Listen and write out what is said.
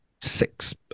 six